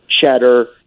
cheddar